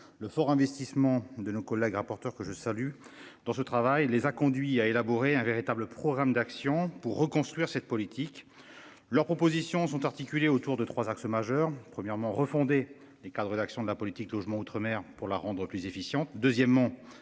le fort investissement de nos collègues rapporteurs que je salue. Dans ce travail, les a conduits à élaborer un véritable programme d'action pour reconstruire cette politique. Leurs propositions sont articulés autour de 3 axes majeurs premièrement refonder les cas de rédaction de la politique logement outre-mer pour la rendre plus efficiente.